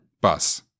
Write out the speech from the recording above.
Bus